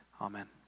Amen